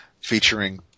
featuring